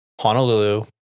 Honolulu